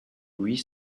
huit